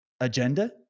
agenda